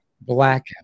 black